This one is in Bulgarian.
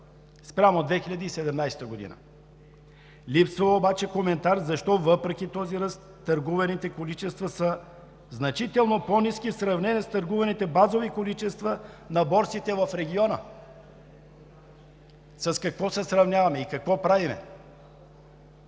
спрямо 2017 г. Липсва обаче коментар защо въпреки този ръст търгуваните количества са значително по-ниски в сравнение с търгуваните базови количества на борсите в региона. С какво се сравняваме и какво правим?